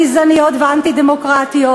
גזעניות ואנטי-דמוקרטיות,